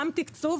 גם תקצוב